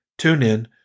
TuneIn